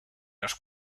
los